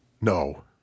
No